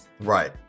Right